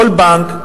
כל בנק,